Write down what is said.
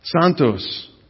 Santos